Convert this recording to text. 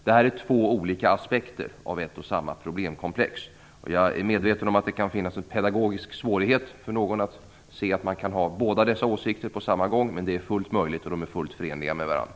Det är två aspekter på ett och samma problemkomplex. Jag är medveten om att det kan vara svårt att inse att man kan ha båda dessa åsikter samtidigt, men det är fullt möjligt och de är fullt förenliga med varandra.